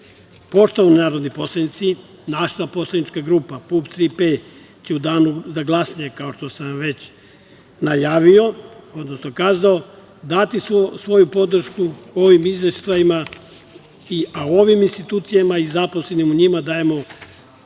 narodni poslanici, naša Poslanička grupa PUPS – „Tri P“ će u danu za glasanje, kao što sam već najavio, odnosno kazao, dati svoju podršku ovim izveštajima, a o ovim institucijama i zaposlenima u njima dajemo